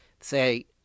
say